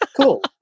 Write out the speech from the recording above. cool